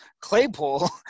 Claypool